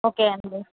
okay అండి